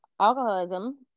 alcoholism